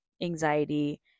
anxiety